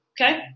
Okay